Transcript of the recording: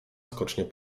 skocznie